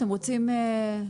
אתם רוצים להסביר,